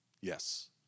Yes